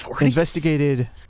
investigated